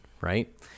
Right